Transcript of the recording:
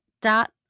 Dot